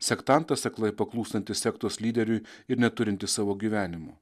sektantas aklai paklūstantis sektos lyderiui ir neturintis savo gyvenimo